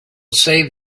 save